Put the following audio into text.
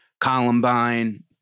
Columbine